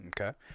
Okay